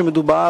מדובר